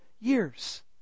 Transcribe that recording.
years